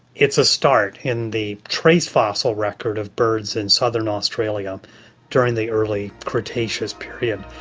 it's a start in the trace fossil record of birds in southern australia during the early cretaceous period.